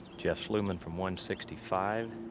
jeff sluman from one sixty-five.